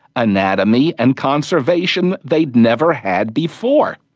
anatomy, and conservation they'd never had before?